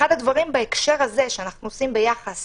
אחד הדברים, בהקשר הזה, שאנחנו עושים ביחס